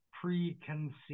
preconceived